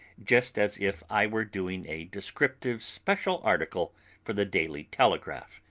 just as if i were doing a descriptive special article for the daily telegraph.